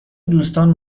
دوستان